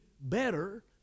better